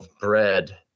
bread